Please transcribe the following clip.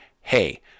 hey